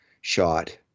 shot